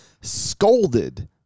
scolded